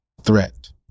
threat